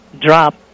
drop